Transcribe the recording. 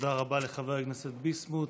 תודה רבה לחבר הכנסת ביסמוט.